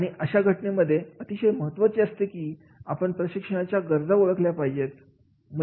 आणि अशा घटनेमध्ये अतिशय महत्त्वाचे असते की आपण प्रशिक्षणाच्या गरजा ओळखल्या पाहिजेत